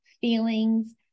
feelings